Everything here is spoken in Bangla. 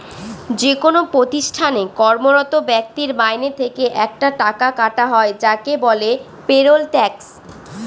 যেকোনো প্রতিষ্ঠানে কর্মরত ব্যক্তির মাইনে থেকে একটা টাকা কাটা হয় যাকে বলে পেরোল ট্যাক্স